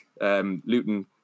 Luton